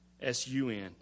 S-U-N